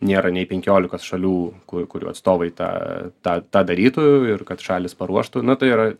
nėra nei penkiolikos šalių kurių atstovai tą tą tą darytų ir kad šalys paruoštų nu tai yra